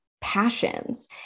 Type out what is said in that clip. passions